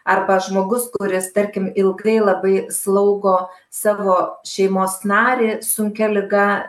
arba žmogus kuris tarkim ilgai labai slaugo savo šeimos narį sunkia liga